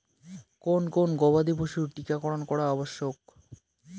কোন কোন গবাদি পশুর টীকা করন করা আবশ্যক?